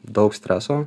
daug streso